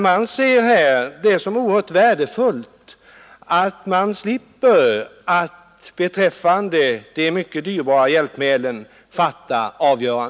Man ser det som oerhört värdefullt att slippa träffa avgörandet beträffande de mycket dyrbara hjälpmedlen.